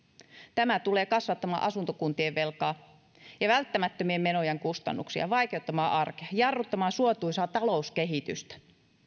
tämä tulee kasvattamaan asuntokuntien velkaa ja välttämättömien menojen kustannuksia vaikeuttamaan arkea jarruttamaan suotuisaa talouskehitystä